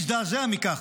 להזדעזע מכך.